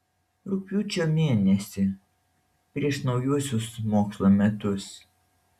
rugpjūčio mėnesį prieš naujuosius mokslo metus